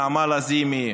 נעמה לזימי,